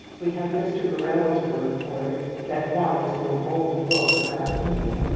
we have mr. birrell's word for it that once, in an old book about india,